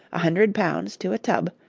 a hundred pounds to a tub,